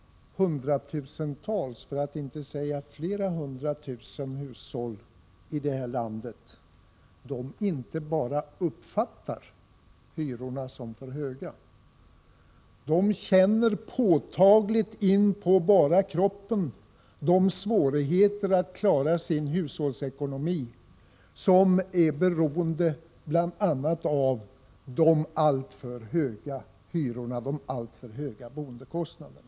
Hundratusentals hushåll i det här landet inte bara uppfattar hyrorna som för höga, utan de känner påtagligt in på bara kroppen svårigheterna att klara av sin hushållsekonomi, som är beroende bl.a. av de alltför höga hyrorna, av de alltför höga boendekostnaderna.